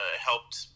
helped